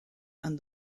and